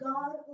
God